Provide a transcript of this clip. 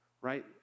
right